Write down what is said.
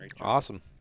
awesome